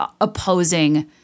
opposing